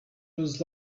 was